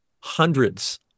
hundreds